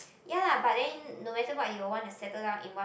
ya lah but then no matter what you'll want to settle down in one